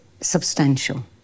substantial